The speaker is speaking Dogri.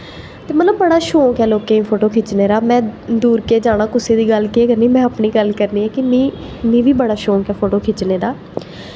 ते मतलब बड़ा शौक ऐ लोकें गी फोटो खिच्चने दा में दूर केह् जाना में कुसै दी गल्ल केह् करनी कि में मिगी बड़ा शौक ऐ फोटो खिच्चने दा